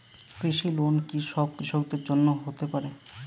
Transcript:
কৃষি লোন কি সব কৃষকদের জন্য হতে পারে?